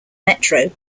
metro